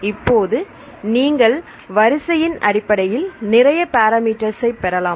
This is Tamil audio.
இப்போது நீங்கள் வரிசை இன் அடிப்படையில் நிறைய பாராமீட்டர் ஸ்ஸை பெறலாம்